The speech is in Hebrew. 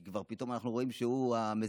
כי כבר פתאום אנחנו רואים שהוא המזגזג.